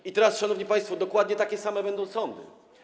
I teraz, szanowni państwo, dokładnie takie same będą sądy.